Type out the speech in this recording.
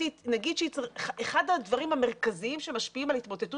אחד הדברים המרכזים שמשפיעים על התמוטטות